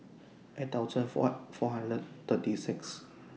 eight thousand four four hundred thirty six